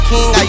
King